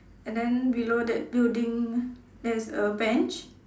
and then below that building there is a bench